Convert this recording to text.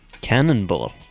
Cannonball